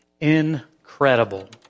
incredible